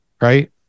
Right